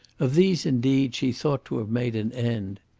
of these, indeed, she thought to have made an end.